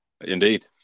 Indeed